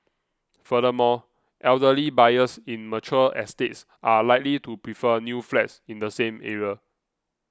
furthermore elderly buyers in mature estates are likely to prefer new flats in the same area